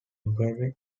temporary